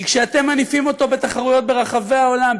כי כשאתם מניפים אותו בתחרויות ברחבי העולם,